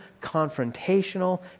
confrontational